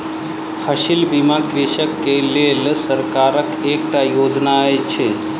फसिल बीमा कृषक के लेल सरकारक एकटा योजना अछि